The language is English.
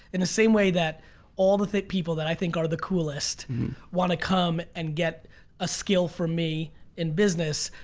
in the same way that all the thick people that i think are the coolest wanna come and get a skill for me in business,